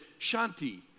shanti